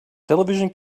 television